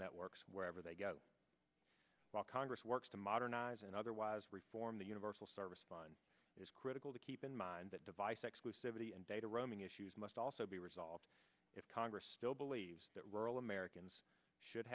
networks wherever they go while congress works to modernize and otherwise reform the universal service fund is critical to keep in mind that device exclusivity and data roaming issues must also be resolved if congress still believes that rural americans should